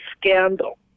scandal